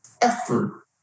effort